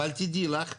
אבל תדעי לך,